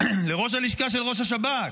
לראש הלשכה של ראש השב"כ,